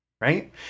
right